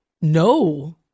No